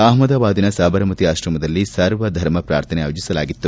ಅಹಮದಾಬಾದಿನ ಸಬರಮತಿ ಆಶ್ರಮದಲ್ಲಿ ಸರ್ವಧರ್ಮ ಪ್ರಾರ್ಥನೆ ಆಯೋಜಿಸಲಾಗಿತ್ತು